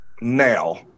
now